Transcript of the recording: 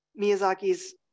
Miyazaki's